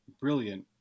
brilliant